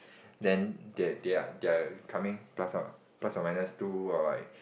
then they they're they're coming plus or plus or minus two or like